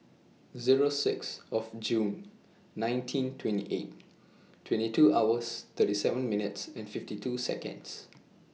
Zero six of June nineteen twenty eight twenty two hours thirty seven minutes fifty two Seconds